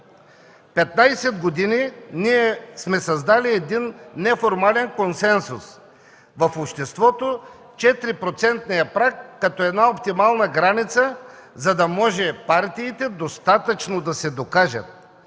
15 години ние сме създали един неформален консенсус в обществото – 4-процентният праг, като една оптимална граница, за да могат партиите достатъчно да се докажат